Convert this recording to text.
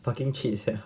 parking cheats ya